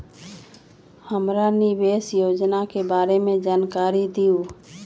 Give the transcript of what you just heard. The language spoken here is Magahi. हमरा निवेस योजना के बारे में जानकारी दीउ?